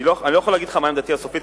אני לא יכול להגיד לך מה עמדתי הסופית,